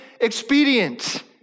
expedient